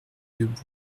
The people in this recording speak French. debout